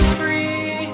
free